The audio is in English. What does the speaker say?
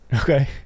Okay